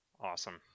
Awesome